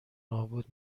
نابود